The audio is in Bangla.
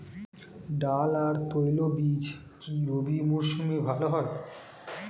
ডাল আর তৈলবীজ কি রবি মরশুমে ভালো হয়?